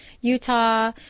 Utah